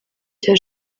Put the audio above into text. cya